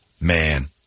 Man